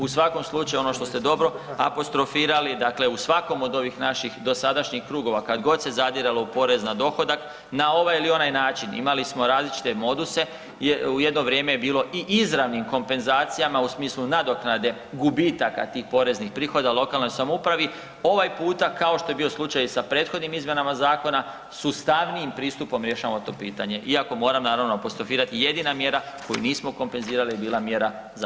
U svakom slučaju ono što ste dobro apostrofirali, dakle u svakom od ovih naših dosadašnjih krugova, kad god se zadiralo u porez na dohodak, na ovaj ili onaj način, imali smo različite moduse, jedne vrijeme je bilo i izravnih kompenzacijama u smislu nadoknade gubitaka tih poreznih prihoda lokalnoj samoupravi, ovaj puta, kao što je bio slučaj i sa prethodnim izmjenama zakona, sustavnijim pristupom rješavamo to pitanje, iako moram naravno apostrofirati, jedina mjera koju nismo kompenzirali je bila mjera za mlade.